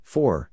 Four